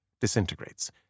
disintegrates